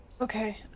Okay